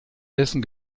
dessen